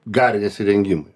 garinės įrengimui